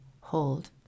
hold